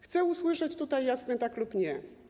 Chcę usłyszeć tutaj jasne ˝tak˝ lub ˝nie˝